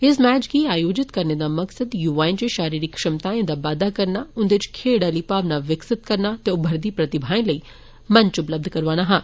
इस मैच गी आयोजित करने दा मकसद युवाए च शारीरिक क्षमताएं दा बाद्दा करना उन्दे च खेड्ड आहली भावना विकसित करना ते उभरदी प्रतिभाएं लेई मेंच उपलब्ध करवाना हा